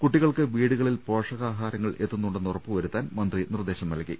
കുട്ടികൾക്ക് വീടുകളിൽ പോഷകാഹാരങ്ങൾ എത്തുന്നുണ്ടെന്ന് ഉറപ്പുവരുത്താൻ മന്ത്രി നിർദ്ദേശം നൽകി